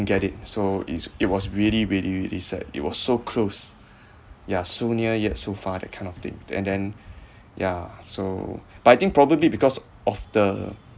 get it so it's it was really really really sad it was so close you are so near yet so far that kind of thing and then ya so but I think probably because of the